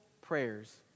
prayers